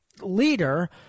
leader